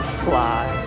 fly